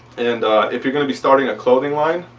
and if you're going to be starting a clothing line